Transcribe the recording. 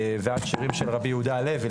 ועד שירים של רבי יהודה הלוי,